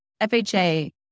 FHA